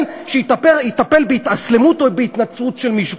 שיטפל בהתאסלמות או בהתנצרות של מישהו,